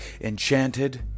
enchanted